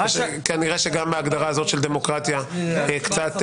כנראה שגם ההגדרה הזאת של דמוקרטיה קצת